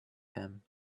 him